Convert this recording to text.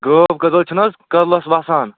گٲو کٔدل چھُ نہٕ حَظ کٔدلَس وَسان